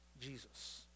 Jesus